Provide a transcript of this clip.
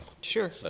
sure